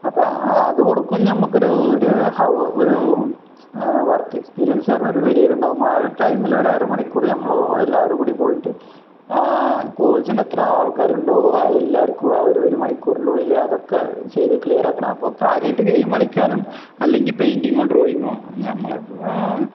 അപ്പോള് അതു കൊടുക്കും നമ്മള്ക്കൊരു ഒരു ഒരു വർക്ക് എക്സ്പീരിയൻസ് എന്ന് പറഞ്ഞ പിരീഡുണ്ടാവും ആ ഒരു ടൈമില് ഒരര മണിക്കൂര് നമ്മള് എല്ലാവരും കൂടി പോയിട്ട് ആ കോഴ്സിനെത്ര ആൾക്കാരുണ്ടോ ആ എല്ലാവർക്കും ആ ഒരു ഒരു മണിക്കൂറിൻ്റെയുള്ളില് അതൊക്കെ ചെയ്ത് ക്ലീയറാക്കണം അപ്പോള് കാര്യമായിട്ട് ഗെയിം കളിക്കാനും അല്ലെങ്കില് പെയ്ന്റിങ്ങോ ഡ്രോയിങ്ങോ നമ്മള്